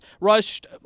rushed